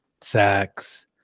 sex